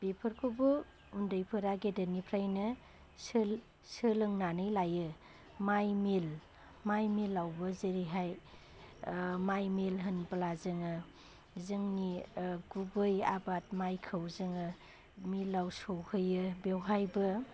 बेफोरखौबो उन्दैफोरा गेदेरनिफ्राइनो सोलोंनानै लायो मायमिल माइ मिलावबो जेरैहाय माइ मिल होनब्ला जोङो जोंनि गुबै आबाद माइखौ जोङो मिलाव सौहैयो बेवहायबो